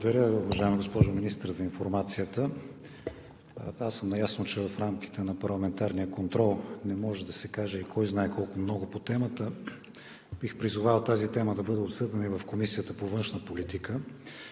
Благодаря, уважаема госпожо Министър за информацията. Аз съм наясно, че в рамките на парламентарния контрол не може да се каже кой знае колко много по темата и бих призовал тази тема да бъде обсъдена в Комисията по външна политика.